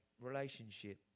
relationship